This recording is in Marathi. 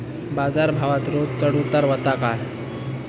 बाजार भावात रोज चढउतार व्हता काय?